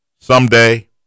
someday